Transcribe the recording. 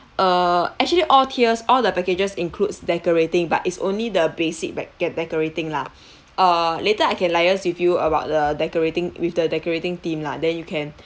uh actually all tiers all the packages includes decorating but it's only the basic back get decorating lah uh later I can liaise with you about the decorating with the decorating team lah then you can